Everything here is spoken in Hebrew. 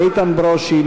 איתן ברושי,